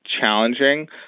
challenging